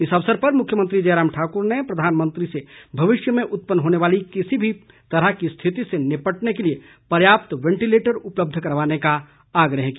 इस अवसर पर मुख्यमंत्री जयराम ठाकुर ने प्रधानमंत्री से भविष्य में उत्पन्न होने वाली किसी भी तरह की स्थिति से निपटने के लिए पर्याप्त वैंटिलेटर उपलब्ध करवाने का आग्रह किया